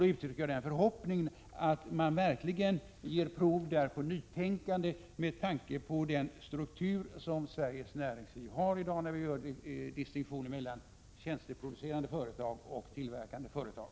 Jag uttrycker då den förhoppningen att regeringen verkligen skall ge prov på nytänkande, med hänsyn till den struktur som Sveriges näringsliv har i dag, när det görs distinktioner mellan tjänsteproducerande och tillverkande företag.